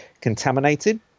contaminated